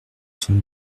sont